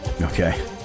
Okay